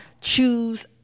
choose